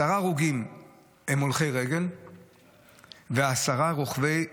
10 הרוגים הם הולכי רגל ו-10 רוכבי דו-גלגלי,